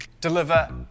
deliver